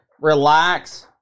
relax